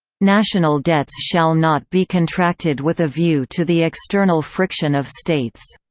national debts shall not be contracted with a view to the external friction of states